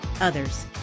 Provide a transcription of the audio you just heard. others